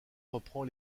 reprend